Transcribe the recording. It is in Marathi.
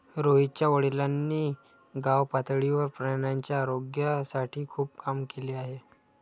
रोहितच्या वडिलांनी गावपातळीवर प्राण्यांच्या आरोग्यासाठी खूप काम केले आहे